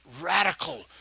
radical